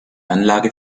anlage